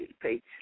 Page